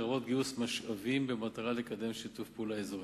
לרבות גיוס משאבים במטרה לקדם שיתוף פעולה אזורי.